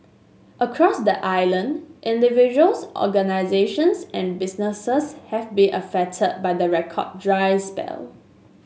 across the island individuals organisations and businesses have been affected by the record dry spell